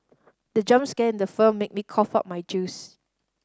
the jump scare in the film made me cough out my juice